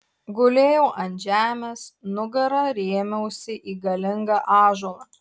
gulėjau ant žemės nugara rėmiausi į galingą ąžuolą